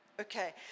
Okay